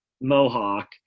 mohawk